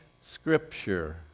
Scripture